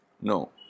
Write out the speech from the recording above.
no